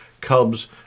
Cubs